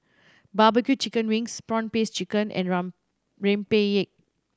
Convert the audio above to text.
bbq chicken wings prawn paste chicken and rempeyek